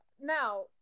now